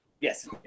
yes